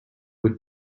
would